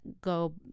go